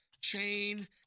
Chain